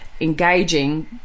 engaging